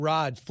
Rod